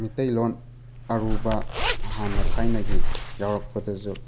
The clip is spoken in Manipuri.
ꯃꯤꯇꯩꯂꯣꯟ ꯑꯔꯨꯕ ꯍꯥꯟꯅ ꯊꯥꯏꯅꯒꯤ ꯌꯥꯎꯔꯛꯄꯗꯁꯨ